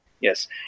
Yes